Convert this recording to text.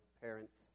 parents